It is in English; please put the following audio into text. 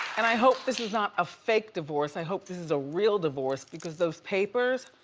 and i hope this is not a fake divorce, i hope this is a real divorce, because those papers,